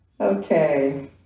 okay